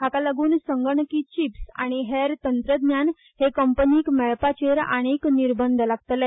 हाका लागून संगणकी चिप्स आनी हेर तंत्रज्ञान हे कंपनीक मेळपाचेंर आनीक निर्बंध लागतले